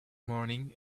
morning